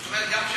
זאת אומרת,